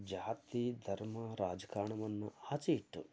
ಜಾತಿ ಧರ್ಮ ರಾಜಕಾರಣವನ್ನ ಆಚೆ ಇಟ್ಟು